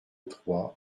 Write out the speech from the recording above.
trois